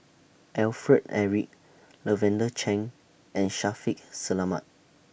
Alfred Eric Lavender Chang and Shaffiq Selamat